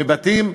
מבתים.